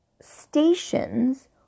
stations